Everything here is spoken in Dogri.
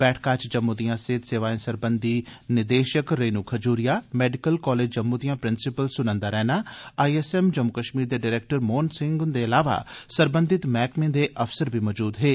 बैठका च जम्मू जम्मू दियां सेहत सेवाएं सरबंधी निदेशक रेणू खजूरिया मैडिकल कॉलेज जम्मू दियां प्रिंसिपल सुनंदा रैणा आईएसएम जम्मू कश्मीर दे डरैक्टर मोहन सिंह हुन्दे इलावा सरबंधित मैह्कमें दे अफसर बी मजूद हे